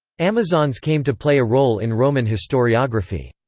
amazons came to play a role in roman historiography.